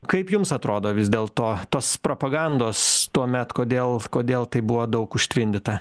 kaip jums atrodo vis dėlto tos propagandos tuomet kodėl kodėl tai buvo daug užtvindyta